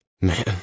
Man